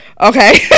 Okay